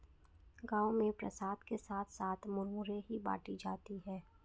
गांव में प्रसाद के साथ साथ मुरमुरे ही बाटी जाती है